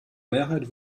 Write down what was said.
mehrheit